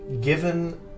given